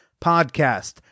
podcast